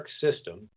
system